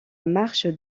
marche